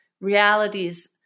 realities